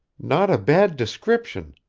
not a bad description,